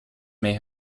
may